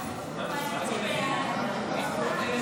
להעביר את הצעת חוק חוזה הביטוח (תיקון,